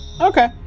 Okay